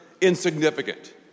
insignificant